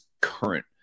current